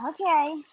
Okay